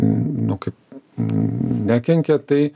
nu kaip nekenkia tai